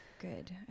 good